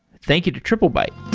thank you to triplebyte